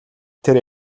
тэр